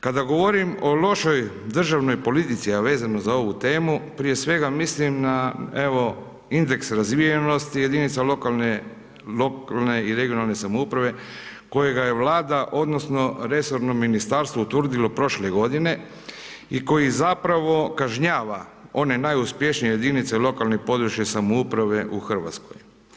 Kada govorim o lošoj državnoj politici, a vezano za ovu temu, prije svega mislim na indeks razvijenosti, jedinice lokalne i regionalne samouprave, kojega je vlada, odnosno resorno ministarstvo utvrdilo prošle godine i koji zapravo kažnjava one najuspješnije jedinice lokalne i područne samouprave u Hrvatskoj.